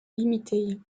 limitées